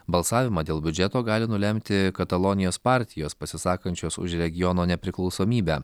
balsavimą dėl biudžeto gali nulemti katalonijos partijos pasisakančios už regiono nepriklausomybę